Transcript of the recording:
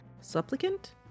supplicant